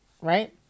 right